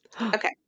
Okay